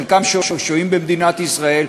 חלקם שוהים במדינת ישראל,